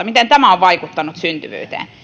miten tämä on vaikuttanut syntyvyyteen